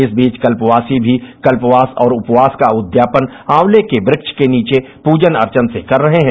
इस बीच कल्वासी भी कल्वास और उपवास ऑवले के वृक्ष के नीचे पूजन अर्चन से कर रहे हैं